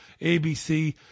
ABC